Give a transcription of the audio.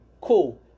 Cool